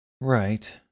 Right